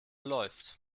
läuft